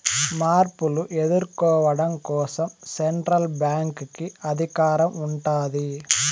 మార్పులు ఎదుర్కోవడం కోసం సెంట్రల్ బ్యాంక్ కి అధికారం ఉంటాది